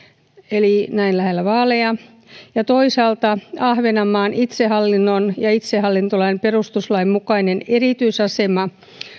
eli näin lähellä vaaleja ja toisaalta ahvenanmaan itsehallinnon ja itsehallintolain perustuslain mukaisen erityisaseman